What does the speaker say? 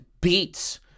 Beats